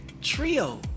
trio